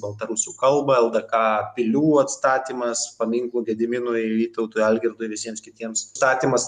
baltarusių kalbą ldk pilių atstatymas paminklų gediminui vytautui algirdui visiems kitiems statymas